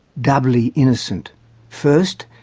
doubly innocent first,